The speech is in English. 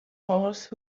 horse